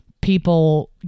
people